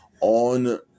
on